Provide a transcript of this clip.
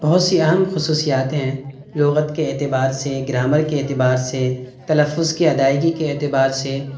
بہت سی اہم خصوصیات ہیں لغت کے اعتبار سے گرامر کے اعتبار سے تلفظ کی ادائیگی کے اعتبار سے